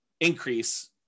increase